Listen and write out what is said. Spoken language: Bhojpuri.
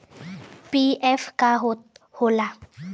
पी.एफ का होला?